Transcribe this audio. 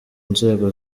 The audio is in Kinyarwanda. nzego